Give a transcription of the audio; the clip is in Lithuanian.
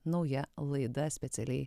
nauja laida specialiai